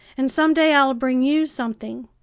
and some day i'll bring you something.